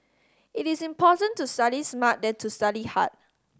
it is important to study smart than to study hard